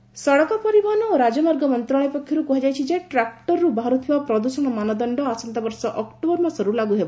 tractor ସଡ଼କ ପରିବହନ ଓ ରାଜମାର୍ଗ ମନ୍ତ୍ରଣାଳୟ ପକ୍ଷରୁ କୁହାଯାଇଛି ଯେ ଟ୍ରାକ୍ଟରରୁ ବାହାରୁଥିବା ପ୍ରଦୂଷଣ ମାନଦଣ୍ଡ ଅକ୍ଟୋବର ମାସରୁ ଲାଗୁ ହେବ